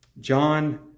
John